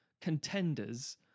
contenders